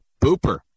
Booper